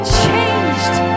changed